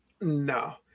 No